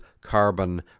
carbon